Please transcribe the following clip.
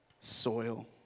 soil